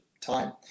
time